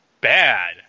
bad